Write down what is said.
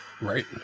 Right